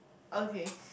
okay